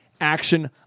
action